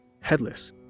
headless